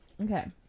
Okay